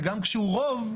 וגם כשהוא רוב,